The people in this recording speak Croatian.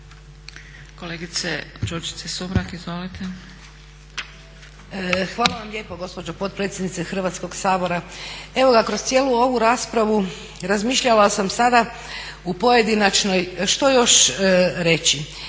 **Sumrak, Đurđica (HDZ)** Hvala vam lijepo gospođo potpredsjednice Hrvatskog sabora. Evo ga, kroz cijelu ovu raspravu razmišljala sam sada u pojedinačnoj što još reći,